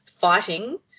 fighting